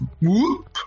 whoop